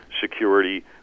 security